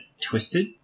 twisted